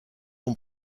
ont